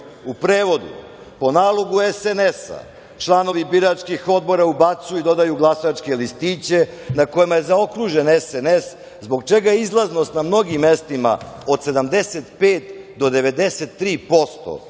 U prevodu – po nalogu SNS-a članovi biračkih odbora ubacuju i dodaju glasačke listiće na kojima je zaokružen SNS zbog čega je izlaznost na mnogim mestima od 75% do 93%, što